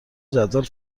جدول